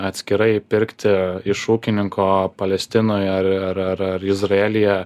atskirai pirkti iš ūkininko palestinoj ar ar ar ar izraelyje